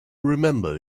remember